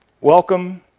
welcome